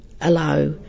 allow